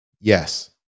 yes